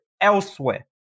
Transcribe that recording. elsewhere